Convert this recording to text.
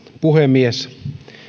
puhemies